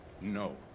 No